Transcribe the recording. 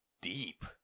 deep